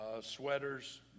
sweaters